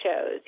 shows